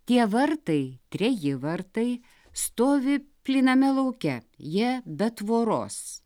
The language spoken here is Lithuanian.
tie vartai treji vartai stovi plyname lauke jie be tvoros